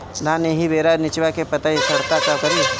धान एही बेरा निचवा के पतयी सड़ता का करी?